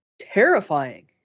terrifying